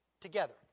together